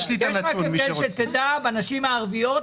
לגבי הנשים הערביות,